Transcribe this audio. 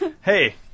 hey